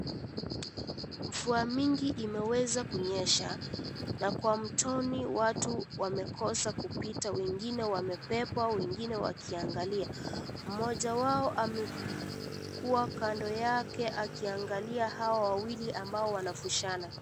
Mvua mingi imeweza kunyesha na kwa mtoni watu wamekosa kupita wengine wakiangalia. Mmoja wao amekua kando yake akiangalia hao wawili ambao wanavushana.